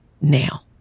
now